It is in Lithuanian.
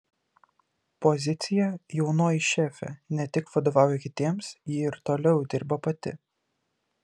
pozicija jaunoji šefė ne tik vadovauja kitiems ji ir toliau dirba pati